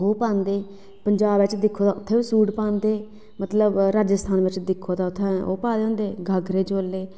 पंजाब च दिक्खो ते उत्थें बी सूट पांदे ते राजस्थान च दिक्खो ते उत्थें ओह् पाये दे होंदे घाघरे चोले